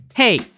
Hey